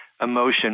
emotion